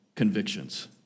convictions